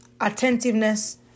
Attentiveness